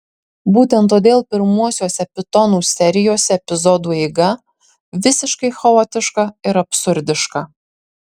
būtent todėl pirmuosiuose pitonų serijose epizodų eiga visiškai chaotiška ir absurdiška